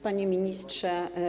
Panie Ministrze!